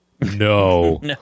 No